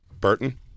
Burton